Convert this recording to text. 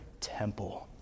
temple